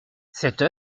cette